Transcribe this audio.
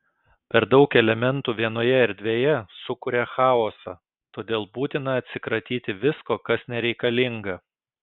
per daug elementų vienoje erdvėje sukuria chaosą todėl būtina atsikratyti visko kas nereikalinga